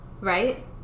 Right